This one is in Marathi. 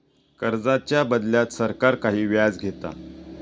कर्जाच्या बदल्यात सरकार काही व्याज घेता